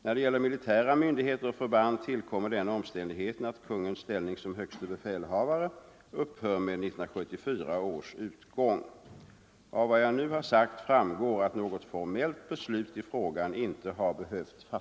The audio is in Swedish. När det gäller militära myndigheter och förband tillkommer den omständigheten att kungens ställning som högste befälhavare upphör med 1974 års utgång. Nr 130 Av vad jag nu har sagt framgår att något formellt beslut i frågan inte Torsdagen den